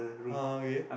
ah okay